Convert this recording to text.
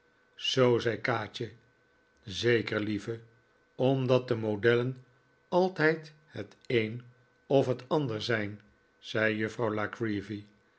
zoo zei kaatje zeker lieve omdat de modellen altijd het een of het ander zijn zei juffrouw